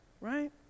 right